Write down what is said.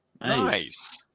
nice